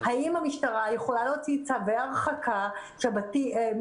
האם המשטרה יכולה להוציא צווי הרחקה מידיים